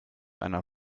einer